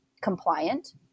compliant